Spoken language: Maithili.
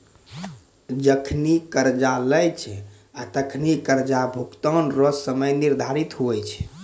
जखनि कर्जा लेय छै तखनि कर्जा भुगतान रो समय निर्धारित हुवै छै